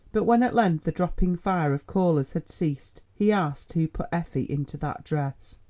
but when at length the dropping fire of callers had ceased, he asked who put effie into that dress.